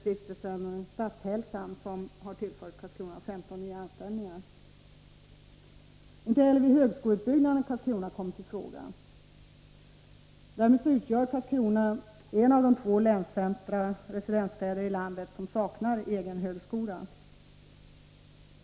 Stiftelsen Statshälsan, som har tillfört Karlskrona 15 nya anställningar. Inte heller vid högskoleutbyggnaden har Karlskrona kommit i fråga. Därmed utgör Karlskrona ett av de två länscentra och residensstäder i landet som saknar egen högskola.